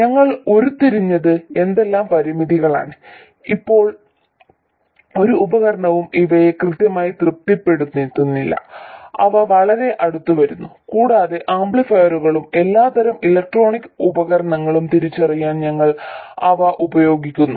ഞങ്ങൾ ഉരുത്തിരിഞ്ഞത് എന്തെല്ലാം പരിമിതികളാണ് ഇപ്പോൾ ഒരു ഉപകരണവും ഇവയെ കൃത്യമായി തൃപ്തിപ്പെടുത്തുന്നില്ല അവ വളരെ അടുത്ത് വരുന്നു കൂടാതെ ആംപ്ലിഫയറുകളും എല്ലാത്തരം ഇലക്ട്രോണിക് ഉപകരണങ്ങളും തിരിച്ചറിയാൻ ഞങ്ങൾ അവ ഉപയോഗിക്കുന്നു